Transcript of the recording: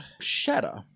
Shatter